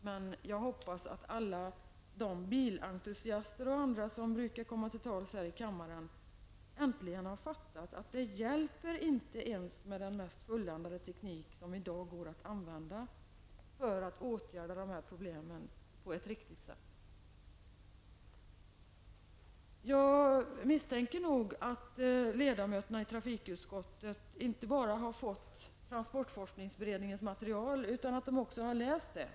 Men jag hoppas att alla de bilentusiaster och andra som brukar komma till tals här i kammaren äntligen har fattat att vi inte ens med den mest fulländade teknik som i dag går att använda klarar att åtgärda de här problemen på ett riktigt sätt. Jag misstänker att ledamöterna i trafikutskottet inte bara har fått transportforskningsberedningens material, utan att de också har läst det.